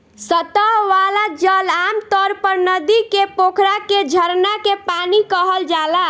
सतह वाला जल आमतौर पर नदी के, पोखरा के, झरना के पानी कहल जाला